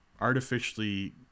artificially